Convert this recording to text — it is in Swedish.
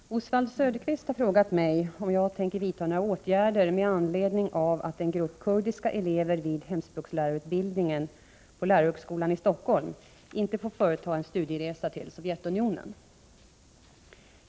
Herr talman! Oswald Söderqvist har frågat mig om jag tänker vidta några åtgärder med anledning av att en grupp kurdiska elever vid hemspråkslärarutbildningen på lärarhögskolan i Stockholm inte får företa en studieresa till Sovjetunionen.